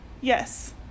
yes